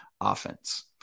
offense